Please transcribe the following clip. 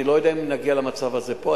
אני לא יודע אם נגיע למצב הזה פה.